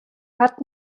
hat